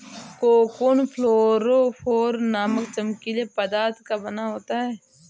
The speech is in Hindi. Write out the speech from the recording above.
कोकून फ्लोरोफोर नामक चमकीले पदार्थ का बना होता है